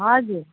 हजुर